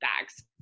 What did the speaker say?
bags